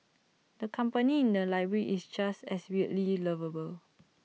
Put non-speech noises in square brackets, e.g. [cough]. the company in the library is just as weirdly lovable [noise]